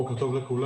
בוקר טוב לכולם.